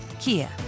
Kia